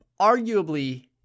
arguably